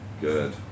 good